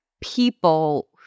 people